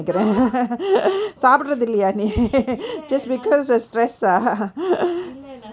no [what] இல்ல நா இல்ல நா:illa naa illa naa